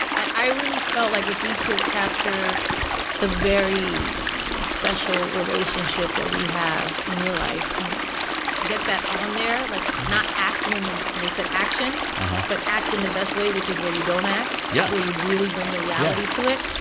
i really felt like if we could capture the very special relationship that we have in real life and get that on there, like not act when they said action but act in the best way, which is where you don't act, yeah where you really bring the reality to it,